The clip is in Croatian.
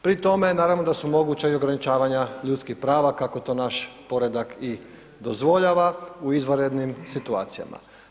Pri tome naravno da su moguća i ograničavanja ljudskih prava kako to naš poreda i dozvoljava u izvanrednim situacijama.